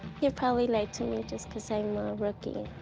he probably lied to me just because i'm a rookie.